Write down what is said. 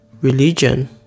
religion